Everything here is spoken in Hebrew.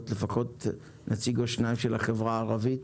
לפחות נציג או שניים מן החברה הערבית,